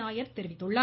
நாயர் தெரிவித்துள்ளார்